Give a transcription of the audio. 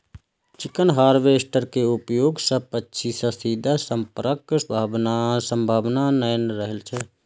chicken harvester के उपयोग सं पक्षी सं सीधा संपर्कक संभावना नै रहै छै